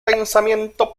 pensamiento